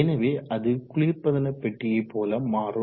எனவே அது குளிர்பதன பெட்டியை போல மாறும்